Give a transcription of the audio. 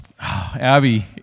Abby